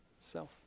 self